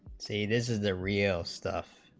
say this is the real stuff